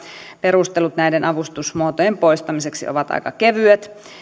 perustelut näiden avustusmuotojen poistamisesta ovat aika kevyet